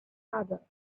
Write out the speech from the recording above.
other